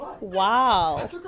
Wow